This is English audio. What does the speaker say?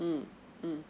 mm